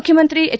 ಮುಖ್ಯಮಂತ್ರಿ ಎಚ್